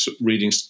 reading